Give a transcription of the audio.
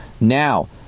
Now